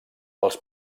els